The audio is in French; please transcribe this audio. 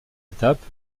étape